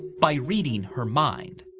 by reading her mind,